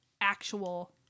actual